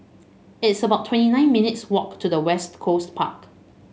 it's about twenty nine minutes' walk to West Coast Park